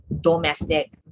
domestic